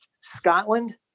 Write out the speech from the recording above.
Scotland